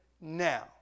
now